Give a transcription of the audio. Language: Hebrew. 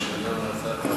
אברהם-בלילא.